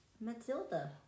Matilda